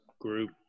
group